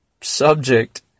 subject